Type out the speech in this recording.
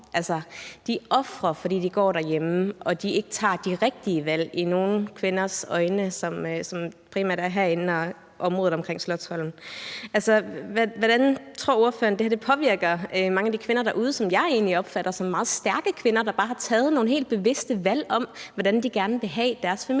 er ofre, fordi de går derhjemme og de ikke tager de rigtige valg i nogle kvinders øjne, som primært er herinde og i området omkring Slotsholmen. Hvordan tror ordføreren det påvirker mange af de kvinder derude, som jeg egentlig opfatter som meget stærke kvinder, der bare har taget nogle helt bevidste valg om, hvordan de gerne vil have at deres familieliv